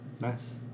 Nice